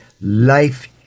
life